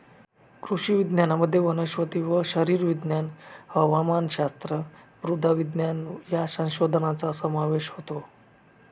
कृषी विज्ञानामध्ये वनस्पती शरीरविज्ञान, हवामानशास्त्र, मृदा विज्ञान या संशोधनाचा समावेश होतो